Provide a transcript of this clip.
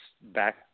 back